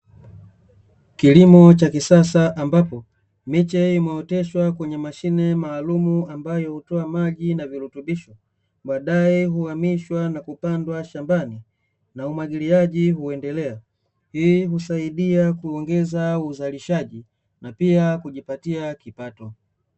Kilimo cha kisasa ambapo miche imeoteshwa kwenye mashine maalumu, ambayo hutoa maji na virutubisho, baadaye uhamishwa na kupandwa shambani na umwagiliaji uendelea. Hii husaidia kuongeza uzalishaji, na pia kujipatia kipato.